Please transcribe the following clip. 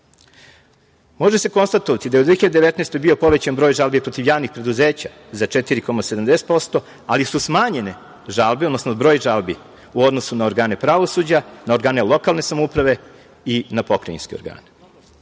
se konstatovati da je u 2019. godini bio povećan broj žalbi protiv javnih preduzeća za 4,70%, ali su smanjene žalbe, odnosno broj žalbi u odnosu na organe pravosuđa, na organe lokalne samouprave i na pokrajinske organe.